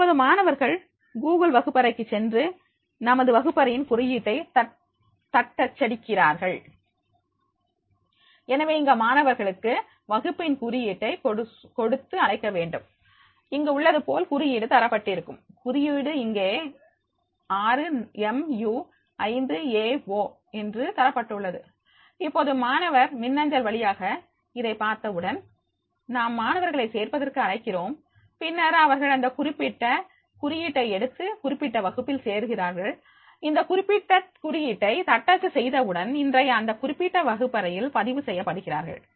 இப்போது மாணவர்கள் கூகுள் வகுப்பறைக்கு சென்று நமது வகுப்பறையின் குறியீட்டை தட்டச்சடிக்கிறார்கள் எனவே இங்கே மாணவர்களுக்கு வகுப்பின் குறியீட்டை கொடுத்து அழைக்க வேண்டும் இங்கு உள்ளது போல் குறியீடு தரப்பட்டிருக்கும் குறியீடு இங்கே 6mu5aO என்று தரப்பட்டுள்ளது இப்போது மாணவர் மின்னஞ்சல் வழியாக இதை பார்த்தவுடன் நாம் மாணவர்களை சேர்ப்பதற்கு அழைக்கிறோம் பின்னர் அவர்கள் இந்த குறிப்பிட்ட குறியீட்டை எடுத்து குறிப்பிட்ட வகுப்பில் சேர்கிறார்கள் இந்த குறிப்பிட்ட குறியீட்டை தட்டச்சு செய்தவுடன் இன்றைய அந்த குறிப்பிட்ட வகுப்பறையில் பதிவு செய்யப்படுகிறார்கள்